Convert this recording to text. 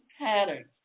patterns